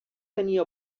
tenia